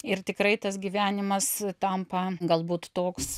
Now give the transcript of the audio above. ir tikrai tas gyvenimas tampa galbūt toks